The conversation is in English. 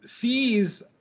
sees